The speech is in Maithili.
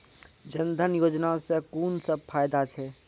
जनधन योजना सॅ कून सब फायदा छै?